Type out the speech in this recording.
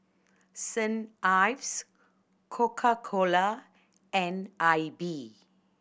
Saint Ives Coca Cola and Aibi